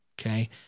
Okay